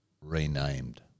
renamed